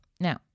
Now